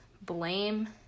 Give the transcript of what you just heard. blame